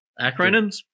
Acronyms